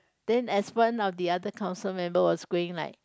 then as one of the other council member was going like